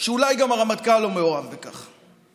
שאולי גם הרמטכ"ל לא מעורב בכך.